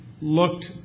looked